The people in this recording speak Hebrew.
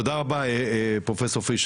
תודה רבה פרופסור פיש,